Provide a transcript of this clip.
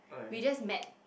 we just met